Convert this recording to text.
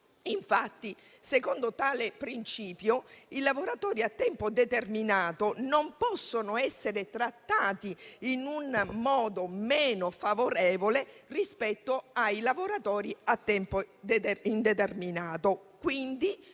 Infatti, secondo tale principio, i lavoratori a tempo determinato non possono essere trattati in un modo meno favorevole rispetto ai lavoratori a tempo indeterminato.